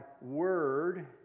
word